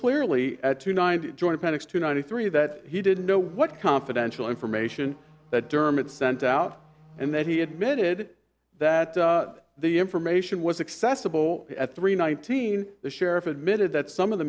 clearly at two ninety joint appendix two ninety three that he didn't know what confidential information that dermod sent out and that he admitted that the information was accessible at three nineteen the sheriff admitted that some of the